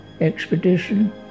expedition